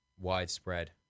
widespread